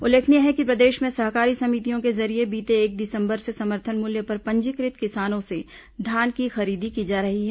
उल्लेखनीय है कि प्रदेश में सहकारी समितियों के जरिये बीते एक दिसंबर से समर्थन मूल्य पर पंजीकृत किसानों से धान की खरीदी की जा रही है